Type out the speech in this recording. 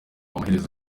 amaherezo